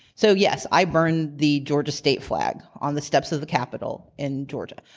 so yes, i burned the georgia state flag on the steps of the capital in georgia.